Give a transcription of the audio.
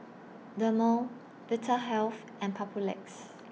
Dermale Vitahealth and Papulex